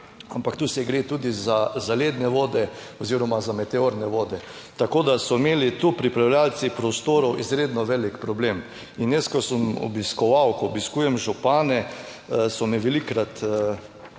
ampak tu se gre tudi za zaledne vode oziroma za meteorne vode, tako da so imeli tu pripravljavci prostorov izredno velik problem. In jaz, ko sem obiskoval, ko obiskujem župane, so mi velikokrat